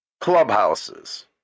clubhouses